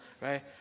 right